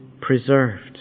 preserved